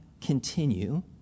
continue